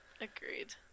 agreed